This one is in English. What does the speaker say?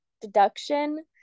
deduction